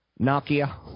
Nokia